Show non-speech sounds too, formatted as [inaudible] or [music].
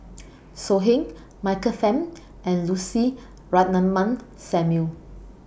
[noise] So Heng Michael Fam and Lucy Ratnammah Samuel